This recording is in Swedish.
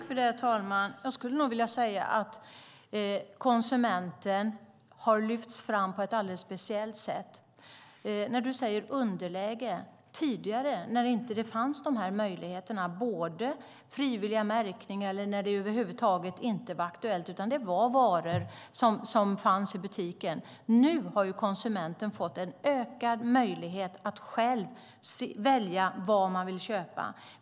Herr talman! Konsumenten har lyfts fram på ett alldeles speciellt sätt. Innan den frivilliga märkningen fanns kunde man inte välja mellan varor i butiken. Nu har konsumenten fått en ökad möjlighet att själv välja vad man vill köpa.